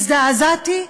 הזדעזעתי,